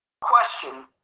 Question